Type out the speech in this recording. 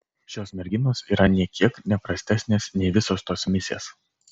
šios merginos yra nė kiek ne prastesnės nei visos tos misės